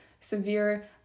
severe